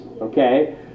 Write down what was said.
okay